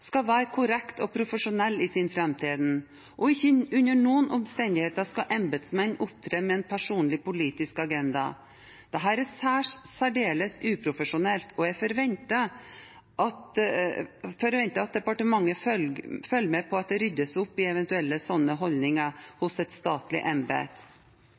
skal være korrekte og profesjonelle i sin framtreden, og ikke under noen omstendighet skal embetsmenn opptre med en personlig politisk agenda. Dette er særdeles uprofesjonelt, og jeg forventer at departementet følger med på at det ryddes opp i eventuelle slike holdninger